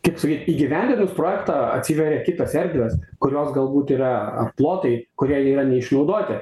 kaip sakyt įgyvendinus projektą atsiveria kitos erdvės kurios galbūt yra ar plotai kurie yra neišnaudoti